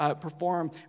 perform